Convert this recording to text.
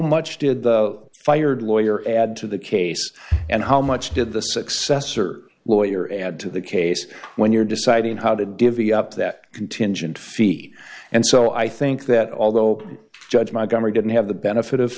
much did the fired lawyer add to the case and how much did the successor lawyer add to the case when you're deciding how to divvy up that contingent fee and so i think that although judge my grammar didn't have the benefit of